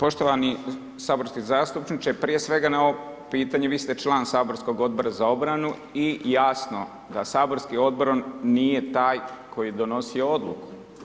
Poštovani saborski zastupniče, prije svega na ovo pitanje, vi ste član saborskog Odbora za obranu i jasno da saborski odbor nije taj koji je donosio odluku.